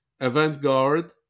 avant-garde